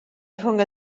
rhwng